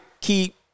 keep